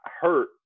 hurt